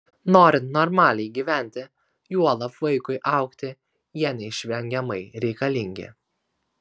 norint normaliai gyventi juolab vaikui augti jie neišvengiamai reikalingi